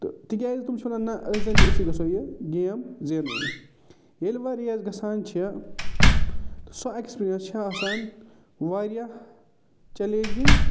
تِکیٛازِ تِم چھِ وَنان نہ أسۍ زَنٛتہِ أسی گژھَو یہِ گیم زٮ۪نٕنۍ ییٚلہِ وٕ ریس گژھان چھےٚ سۄ اٮ۪کٕسپیٖرَنٕس چھےٚ آسان واریاہ چَلینجِگ